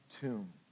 tomb